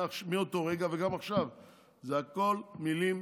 מאותו רגע וגם עכשיו זה הכול מילים